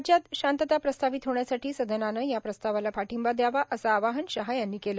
राज्यात शांतता प्रस्थापित होण्यासाठी सदनानं या प्रस्तावाला पाठिंबा दयावा असं आवाहन शहा यांनी केलं